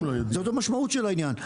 זאת המשמעות של העניין.